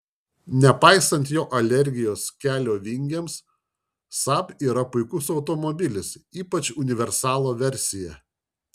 nepaisant jo alergijos kelio vingiams saab yra puikus automobilis ypač universalo versija